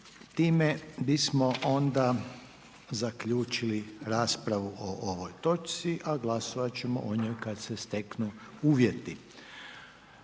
Time zaključujem raspravu o ovoj točci a glasovat ćemo o njoj kad se steknu uvjeti.